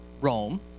Rome